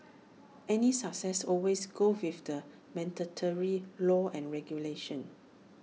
any success always goes with the mandatory law and regulation